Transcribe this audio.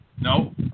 No